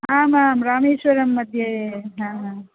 आम् आं रामेश्वरं मध्ये हा हा